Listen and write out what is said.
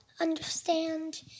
understand